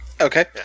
Okay